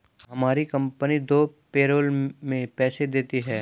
हमारी कंपनी दो पैरोल में पैसे देती है